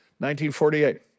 1948